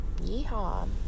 yeehaw